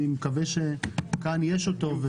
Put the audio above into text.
אני מקווה שכאן יש אותו.